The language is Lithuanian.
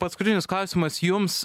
paskutinis klausimas jums